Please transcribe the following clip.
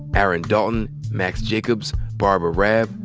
aaron dalton, max jacobs, barbara raab,